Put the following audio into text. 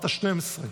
בת 12,